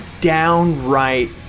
downright